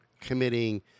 committing